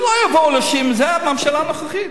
שלא יבואו להאשים, זה הממשלה הנוכחית.